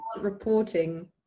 reporting